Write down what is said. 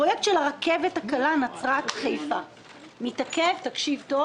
הפרויקט של הרכבת הקלה נצרת-חיפה מתעכב תקשיב טוב